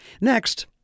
Next